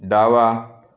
डावा